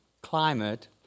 climate